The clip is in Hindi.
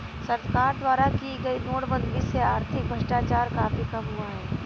सरकार द्वारा की गई नोटबंदी से आर्थिक भ्रष्टाचार काफी कम हुआ है